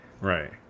Right